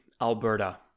Alberta